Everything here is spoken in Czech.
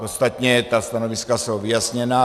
Ostatně stanoviska jsou vyjasněna.